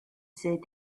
said